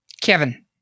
Kevin